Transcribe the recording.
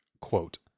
quote